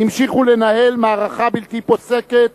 המשיכו לנהל מערכה בלתי פוסקת,